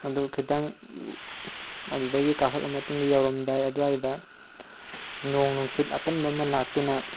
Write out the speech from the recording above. ꯑꯗꯨ ꯈꯤꯇꯪ ꯑꯗꯨꯗꯒꯤ ꯀꯥꯈꯠꯂ ꯃꯇꯨꯡ ꯌꯧꯔꯝꯗꯥꯏ ꯑꯗꯨꯋꯥꯏꯗ ꯅꯣꯡ ꯅꯨꯡꯁꯤꯠ ꯑꯀꯟꯕ ꯑꯃ ꯂꯥꯛꯇꯨꯅ